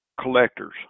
collectors